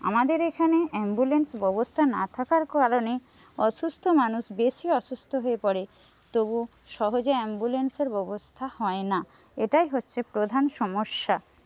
আমাদের এখানে অ্যাম্বুলেন্স ব্যবস্থা না থাকার কারণে অসুস্থ মানুষ বেশি অসুস্থ হয়ে পড়ে তবু সহজে অ্যাম্বুলেন্সের ব্যবস্থা হয় না এটাই হচ্ছে প্রধান সমস্যা